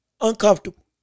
uncomfortable